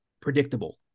predictable